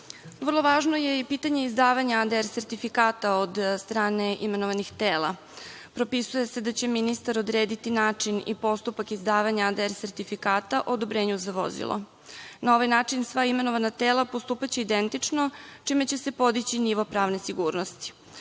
važno je i pitanje izdavanja sertifikata od strane imenovanih tela. Propisuje se da će ministar odrediti način i postupak izdavanja sertifikata o odobrenju za vozilo. Na ovaj način sva imenovana tela postupaće identično čime će se podići nivo pravne sigurnosti.